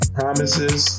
promises